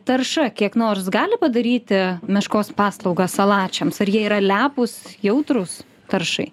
tarša kiek nors gali padaryti meškos paslaugą salačiams ar jie yra lepūs jautrūs taršai